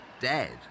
dead